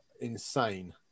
insane